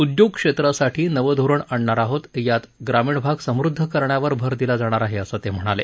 उदयोग क्षेत्रासाठी नवं धोरण आणणार आहोत यात ग्रामीण भाग समृद्ध करण्यावर भर दिला जाणार आहे असं ते म्हणाले